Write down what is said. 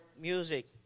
music